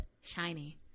Shiny